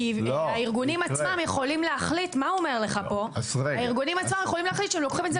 כי הארגונים עצמם יכולים להחליט שהם לוקחים את זה